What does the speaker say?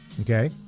Okay